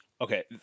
okay